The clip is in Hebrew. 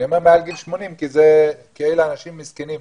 אני אומר מעל גיל 80 כי אלה אנשים מסכנים,